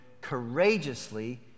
courageously